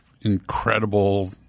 incredible